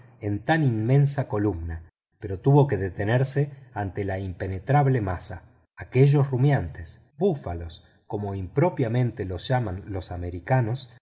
en tan inmensa columna pero tuvo que detenerse ante la impenetrable masa aquellos rumiantes búfalos como impropiamente los llaman los americanos